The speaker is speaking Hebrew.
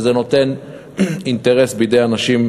וזה מביא לאינטרס אצל אנשים,